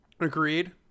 Agreed